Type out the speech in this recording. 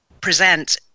present